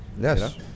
Yes